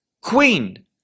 queen